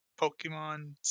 Pokemon